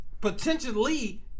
Potentially